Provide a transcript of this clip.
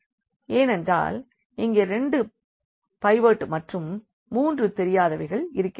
ஏனென்றால் இங்கே 2 பைவோட் மற்றும் 3 தெரியாதவைகள் இருக்கின்றன